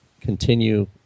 continue